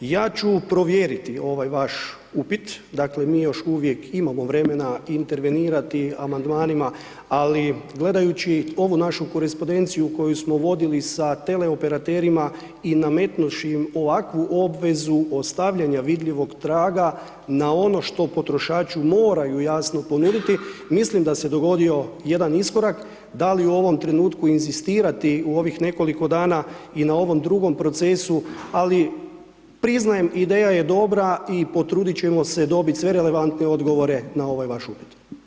Ja ću provjeriti ovaj vaš upit, dakle mi još uvijek imamo vremena intervenirati amandmanima, ali gledajući ovu našu korespondenciju koju smo vodili sa teleoperaterima i nametnuvši im ovakvu obvezu ostavljanja vidljivog traga na ono što potrošaču moraju jasno ponuditi, mislim da se dogodio jedan iskorak, da li u ovom trenutku inzistirati u ovih nekoliko dana i na ovom drugom procesu, ali priznajem, ideja je dobra i potrudit ćemo se dobiti sve relevantne odgovore na ovaj vaš upit.